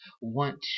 want